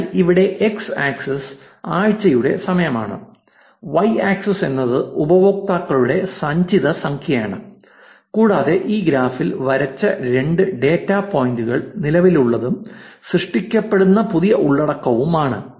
അതിനാൽ ഇവിടെ X axis ആഴ്ചയുടെ സമയമാണ് Y ആക്സിസ് എന്നത് ഉപയോക്താക്കളുടെ സഞ്ചിത സംഖ്യയാണ് കൂടാതെ ഈ ഗ്രാഫിൽ വരച്ച രണ്ട് ഡാറ്റാ പോയിന്റുകൾ നിലവിലുള്ളതും സൃഷ്ടിക്കപ്പെടുന്ന പുതിയ ഉള്ളടക്കവുമാണ്